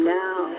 now